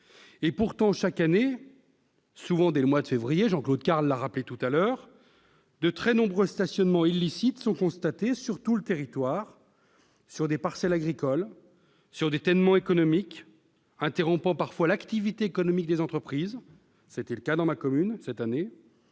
Pourtant, chaque année, souvent dès le mois de février, comme l'a rappelé Jean-Claude Carle, de très nombreux stationnements illicites sont constatés sur tout le territoire, sur des parcelles agricoles, sur des tènements économiques, interrompant parfois l'activité des entreprises -cela a été le cas dans ma commune cette année